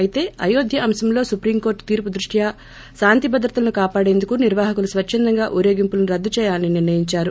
అయితే అయోధ్య అంశంలో సుప్రీంకోర్టు తీర్పు దృష్ట్యా శాంతి భద్రతలను కాపాడేందుకు నిర్వాహకులు స్వచ్చందంగా ఊరేగింపులను రద్దు చేయాలని నిర్ణయించారు